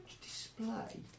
display